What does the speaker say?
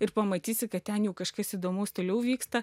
ir pamatysi kad ten jau kažkas įdomaus toliau vyksta